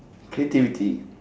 creativity